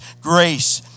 Grace